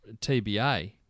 TBA